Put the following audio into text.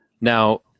Now